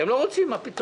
הם לא רוצים, מה פתאום.